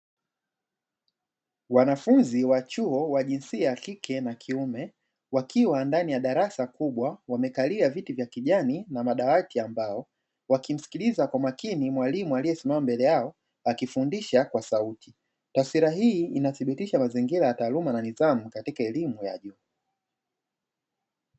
Wanafunzi wa chuo wa jinsia ya kike na kiume wakiwa ndani ya darasa kubwa wamekalia viti vya kijani na madawati ya mbao, wakimsikiliza kwa makini mwalimu aliyesimama mbele yao akifundisha kwa sauti. Taswira hii inathibitisha mazingira ya taaluma na nidhamu katika elimu ya juu.